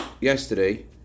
yesterday